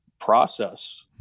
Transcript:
process